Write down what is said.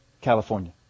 California